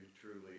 truly